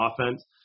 offense